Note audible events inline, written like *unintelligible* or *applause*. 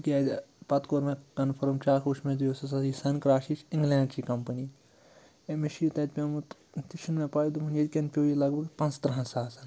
تِکیازِ پَتہٕ کوٚر مےٚ کنفٲرٕم *unintelligible* یُس ہَسا یہِ سَن کاش چھِ یہِ چھِ اِگلینٛڈچی کَمپٔنی أمِس چھُ یہِ تَتہِ پیوٚمُت تہِ چھُنہٕ مےٚ پَے دوٚپُن ییٚتہِ کٮ۪ن پیوٚو یہِ لگ پانٛژٕھ ترٕہَن ساسَن